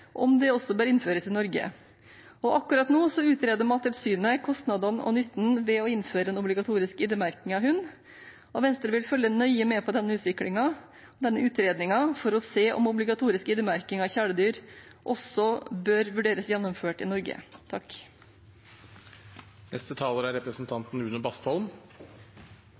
om det også bør innføres i Norge. Akkurat nå utreder Mattilsynet kostnadene og nytten ved å innføre en obligatorisk ID-merking av hund, og Venstre vil følge nøye med på denne utredningen for å se om obligatorisk ID-merking av kjæledyr også bør vurderes gjennomført i Norge.